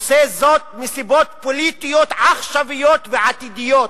עושה זאת מסיבות פוליטיות עכשוויות ועתידיות.